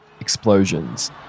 explosions